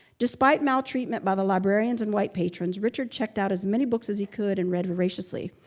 despite maltreatment by the librarians and white patrons, richard checked out as many books as he could and read voraciously.